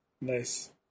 Nice